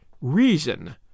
reason